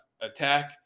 attack